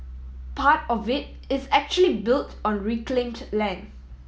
part of it is actually built on reclaimed land